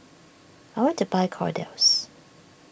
I want to buy Kordel's